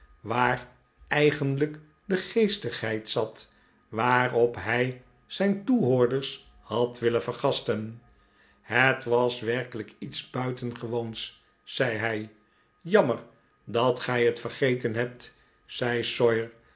waar eigenlijk de geestigheid zat waarop hij zijn toehoorders had willen vergasten het was werkelijk iets buitengewoons zei hij jammer dat gij het vergeten hebt zei